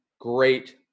great